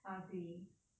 ugly